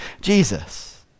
Jesus